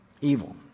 Evil